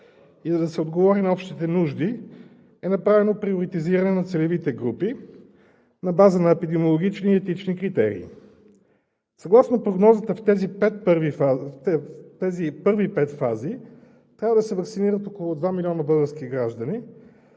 и да се отговори на общите нужди, е направено приоритизиране на целевите групи на база на епидемиологични и етични критерии. Съгласно прогнозата в тези първи предфази трябва да се ваксинират около два милиона български граждани